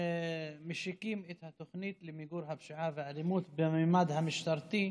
משיקים את התוכנית למיגור הפשיעה והאלימות בממד המשטרתי.